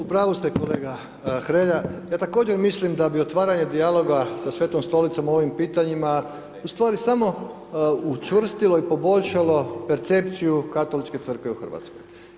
U pravi ste kolega Hrelja, ja također mislim da bi otvaranje dijaloga sa Svetom Stolicom o ovim pitanjima u stvari samo učvrstilo i poboljšalo percepciju Katoličke crkve u Hrvatskoj.